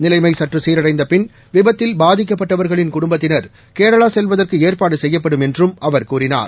நிலைமை சற்று சீரடைந்த பின் விபத்தில் பாதிக்கப்பட்டவர்களின் குடும்பத்தினர் கேரளா செல்வதற்கு ஏற்பாடு செய்யப்படும் என்றும் அவர் கூறினார்